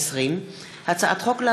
פ/3770/20 וכלה בהצעת חוק פ/3801/20,